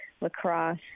lacrosse